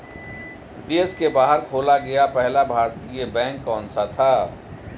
देश के बाहर खोला गया पहला भारतीय बैंक कौन सा था?